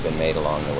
made along